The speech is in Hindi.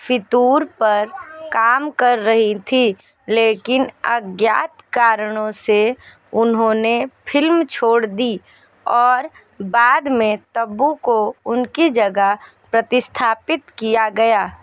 फ़ितूर पर काम कर रही थी लेकिन अज्ञात कारणों से उन्होंने फिल्म छोड़ दी और बाद मे तब्बू को उनकी जगह प्रतिस्थापित किया गया